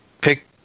pick